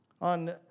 On